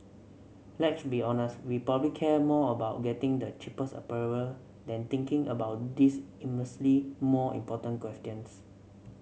let's be honest we probably care more about getting the cheapest apparel than thinking about these immensely more important questions